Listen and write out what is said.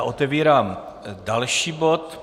Otevírám další bod.